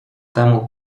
temu